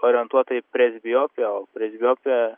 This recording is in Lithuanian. orientuota į presbiopiją o presbiopija